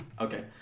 Okay